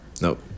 Nope